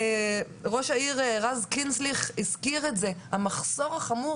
ראש העיר רז קינסטליך הזכיר את המחסור החמור